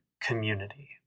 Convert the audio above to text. community